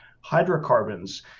hydrocarbons